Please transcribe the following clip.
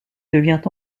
devient